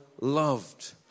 loved